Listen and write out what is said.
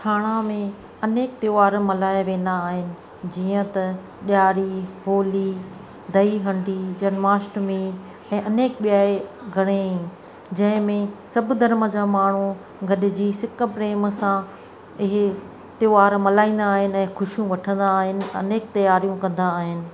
थाणा में अनेक त्योहार मल्हाया वेंदा आहिनि जीअं त ॾियारी होली दही हांडी जन्माष्टमी ऐं अनेक ॿिया घणेई जंहिं में सभु धर्म जा माण्हू गॾिजी सिकु प्रेम सां ऐं इहे त्योहार मल्हाईंदा आहिनि ख़ुशियूं वठंदा आहिनि अनेक तयारियूं कंदा आहिनि